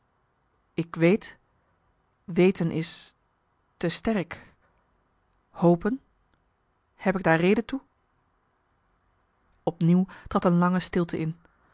ik weet weten is te sterk hopen heb ik daar reden toe op nieuw trad een lange stilte in